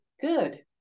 good